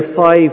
five